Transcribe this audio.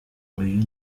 uyu